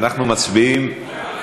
אנחנו מצביעים,